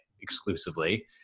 exclusively